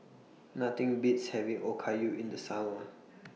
Nothing Beats having Okayu in The Summer